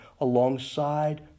alongside